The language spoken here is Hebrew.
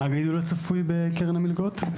מה הגידול הצפוי בקרן המלגות?